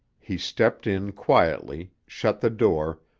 he stepped in quietly, shut the door,